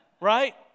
Right